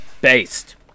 Based